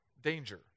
danger